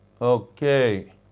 Okay